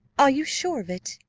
are you sure of it?